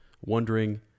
wondering